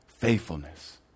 Faithfulness